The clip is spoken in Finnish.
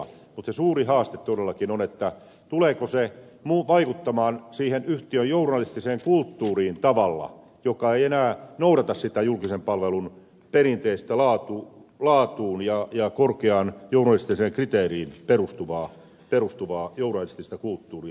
mutta se suuri haaste todellakin on tuleeko se vaikuttamaan siihen yhtiön journalistiseen kulttuuriin tavalla joka ei enää noudata sitä julkisen palvelun perinteistä laatuun ja korkeaan journalistiseen kriteeriin perustuvaa journalistista kulttuuria